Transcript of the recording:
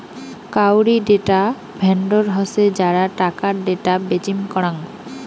কাউরী data vendor হসে যারা টাকার ডেটা বেচিম করাং